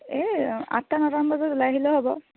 এই আঠটা নটামান বজাত ওলাই আহিলেও হ'ব